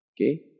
okay